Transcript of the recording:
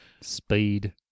Speed